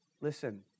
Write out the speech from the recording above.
Listen